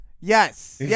Yes